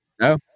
No